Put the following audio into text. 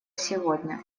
сегодня